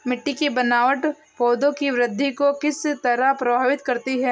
मिटटी की बनावट पौधों की वृद्धि को किस तरह प्रभावित करती है?